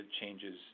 changes